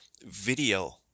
video